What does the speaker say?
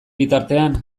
bitartean